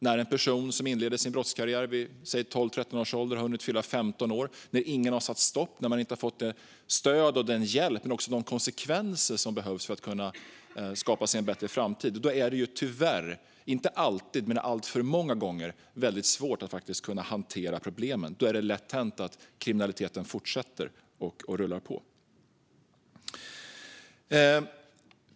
När någon som inleder sin brottskarriär vid 12-13 år har hunnit fylla 15 år och ingen har satt stopp och man inte har fått det stöd och den hjälp man behöver eller fått ta de konsekvenser som behövs för att man ska kunna skapa sig en bättre framtid är det tyvärr, inte alltid men alltför många gånger, svårt att hantera problemen. Då är det lätt hänt att kriminaliteten fortsätter att rulla på.